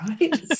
right